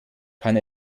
kann